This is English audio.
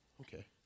Okay